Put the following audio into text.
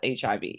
HIV